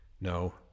No